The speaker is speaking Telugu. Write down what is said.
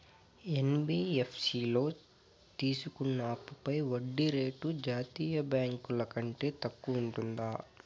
యన్.బి.యఫ్.సి లో తీసుకున్న అప్పుపై వడ్డీ రేటు జాతీయ బ్యాంకు ల కంటే తక్కువ ఉంటుందా?